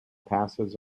passes